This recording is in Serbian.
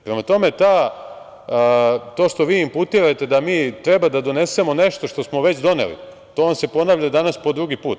Prema tome, to što vi inputirate da mi treba da donesemo nešto što smo već doneli, to vam se ponavlja danas po drugi put.